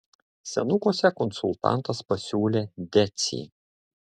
senukuose konsultantas pasiūlė decį